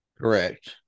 Correct